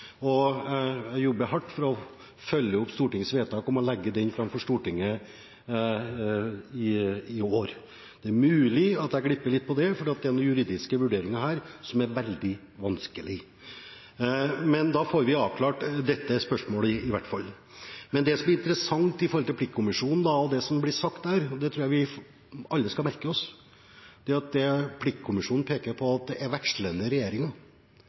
hardt for å følge opp Stortingets vedtak om å legge den fram for Stortinget i år. Det er mulig at jeg glipper litt på det, for det er noen juridiske vurderinger her som er veldig vanskelige. Men da får vi avklart i hvert fall dette spørsmålet. Det som er interessant med hensyn til pliktkommisjonen og det som blir sagt der, og det tror jeg vi alle skal merke oss, er at pliktkommisjonen peker på at det er